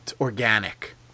organic